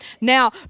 Now